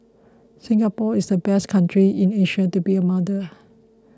Singapore is the best country in Asia to be a mother